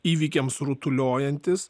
įvykiams rutuliojantis